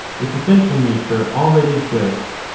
its essential nature already exists,